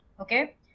Okay